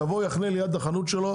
יבוא ויחנה ליד החנות שלנו,